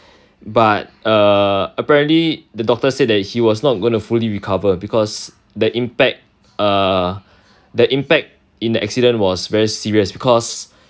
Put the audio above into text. but err apparently the doctor said that he was not going to fully recover because the impact uh the impact in the accident was very serious because